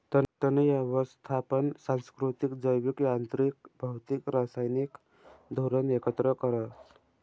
तण यवस्थापन सांस्कृतिक, जैविक, यांत्रिक, भौतिक, रासायनिक धोरण एकत्र करस